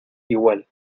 igual